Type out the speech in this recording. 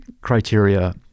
criteria